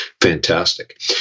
fantastic